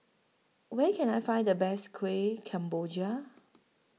Where Can I Find The Best Kueh Kemboja